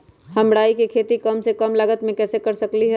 हम राई के खेती कम से कम लागत में कैसे कर सकली ह?